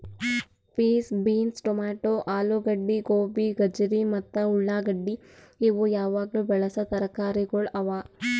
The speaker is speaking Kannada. ಪೀಸ್, ಬೀನ್ಸ್, ಟೊಮ್ಯಾಟೋ, ಆಲೂಗಡ್ಡಿ, ಗೋಬಿ, ಗಜರಿ ಮತ್ತ ಉಳಾಗಡ್ಡಿ ಇವು ಯಾವಾಗ್ಲೂ ಬೆಳಸಾ ತರಕಾರಿಗೊಳ್ ಅವಾ